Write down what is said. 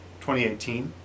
2018